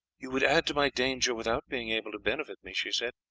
you would add to my danger without being able to benefit me, she said,